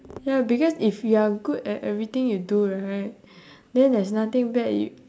ya because if you are good at everything you do right then there's nothing bad you